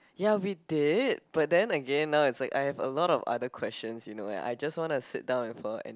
ya we date but then again now is like I have a lot of other questions you know and I just wanna sit down and follow and